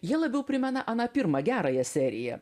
jie labiau primena aną pirmą gerąją seriją